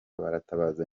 baratabaza